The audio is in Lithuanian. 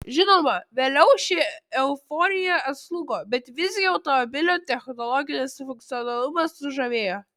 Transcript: žinoma vėliau ši euforija atslūgo bet visgi automobilio technologinis funkcionalumas sužavėjo